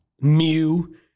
Mew